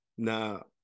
Now